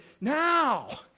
now